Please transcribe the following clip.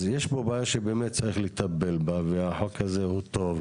אז יש פה בעיה שצריך לטפל בה והצעת החוק הזאת טובה.